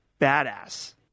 badass